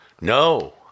No